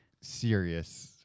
serious